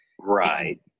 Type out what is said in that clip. Right